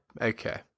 okay